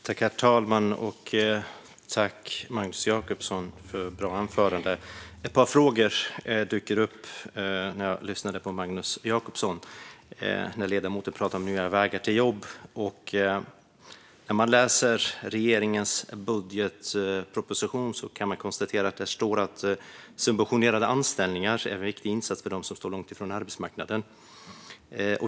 Herr talman! Jag vill tacka Magnus Jacobsson för ett bra anförande. Ett par frågor dök upp när jag lyssnade på Magnus Jacobsson när han pratade om nya vägar till jobb. När man läser regeringens budgetproposition kan man konstatera att där står att subventionerade anställningar är en viktig insats för dem som står långt ifrån arbetsmarknaden.